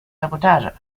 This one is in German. sabotage